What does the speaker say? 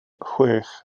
chwech